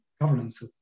governance